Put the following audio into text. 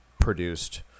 produced